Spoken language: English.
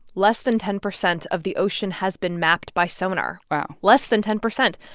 less than ten percent of the ocean has been mapped by sonar wow less than ten percent.